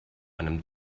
einem